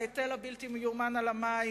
ההיטל הבלתי מיומן על המים?